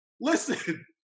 Listen